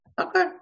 Okay